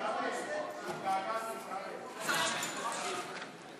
כבל, התגעגעתי, כבל.